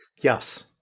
Yes